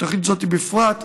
ותוכנית זו בפרט,